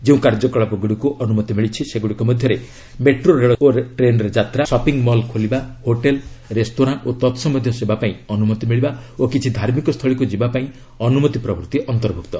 ଯେଉଁ କାର୍ଯ୍ୟକଳାପଗୁଡ଼ିକୁ ଅନୁମତି ମିଳିଛି ସେଗୁଡ଼ିକ ମଧ୍ୟରେ ମେଟ୍ରୋ ରେଳ ଓ ଟ୍ରେନ୍ରେ ଯାତ୍ରା ସପିଙ୍ଗ୍ମଲ୍ ଖୋଲିବା ହୋଟେଲ୍ ରେସ୍ତୋରାଁ ଓ ତତ୍ସମ୍ୟନ୍ଧୀୟ ସେବା ପାଇଁ ଅନୁମତି ମିଳିବା ଓ କିଛି ଧାର୍ମିକ ସ୍କୁଳୀକୁ ଯିବା ପାଇଁ ଅନୁମତି ପ୍ରଭୃତି ଅନ୍ତର୍ଭୁକ୍ତ